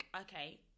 okay